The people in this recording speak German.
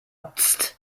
psst